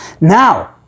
Now